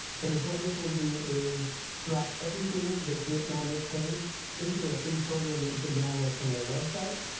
but is what this will do is drop everything that's written on this page into a free program that you can download from their website.